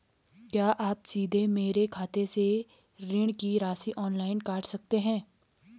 क्या आप सीधे मेरे खाते से ऋण की राशि ऑनलाइन काट सकते हैं?